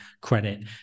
credit